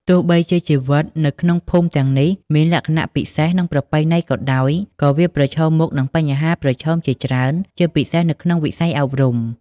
ទោះបីជាជីវិតនៅក្នុងភូមិទាំងនេះមានលក្ខណៈពិសេស និងប្រពៃណីក៏ដោយ ក៏វាប្រឈមមុខនឹងបញ្ហាប្រឈមជាច្រើន ជាពិសេសនៅក្នុងវិស័យអប់រំ។